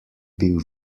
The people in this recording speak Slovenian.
bil